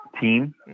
team